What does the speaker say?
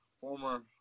former